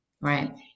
Right